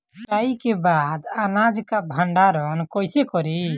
कटाई के बाद अनाज का भंडारण कईसे करीं?